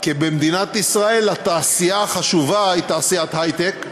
כי במדינת ישראל התעשייה החשובה היא תעשיית היי-טק,